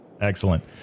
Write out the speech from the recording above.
Excellent